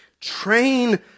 Train